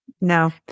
No